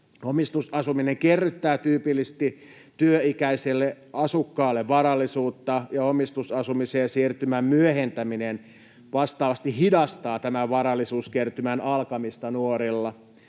Omistusasuminen kerryttää tyypillisesti työikäiselle asukkaalle varallisuutta, ja omistusasumiseen siirtymän myöhentäminen vastaavasti hidastaa tämän varallisuuskertymän alkamista nuorilla.